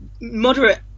moderate